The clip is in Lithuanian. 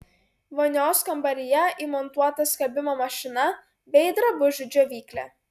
vonios kambaryje įmontuota skalbimo mašina bei drabužių džiovyklė